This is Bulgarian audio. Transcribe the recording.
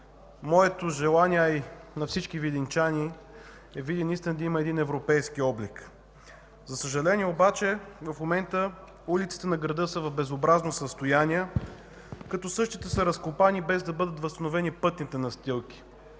Моето желание, а и на всички видинчани, е Видин наистина да има един европейски облик. За съжаление в момента улиците на града са в безобразно състояние, същите са разкопани, без да бъдат възстановени пътните настилки.